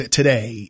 today